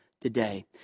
today